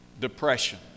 depression